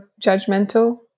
judgmental